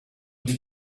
you